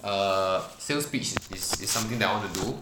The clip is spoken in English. a sales pitch is is something that I want to do